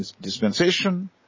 dispensation